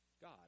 God